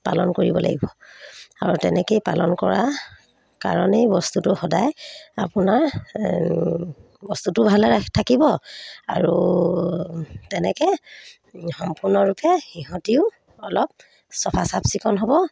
পালন কৰিব লাগিব আৰু তেনেকেই পালন কৰা কাৰণেই বস্তুটো সদায় আপোনাৰ বস্তুটো ভালে ৰাখ থাকিব আৰু তেনেকৈ সম্পূৰ্ণৰূপে সিহঁতিও অলপ চফা চাফ চিকুণ হ'ব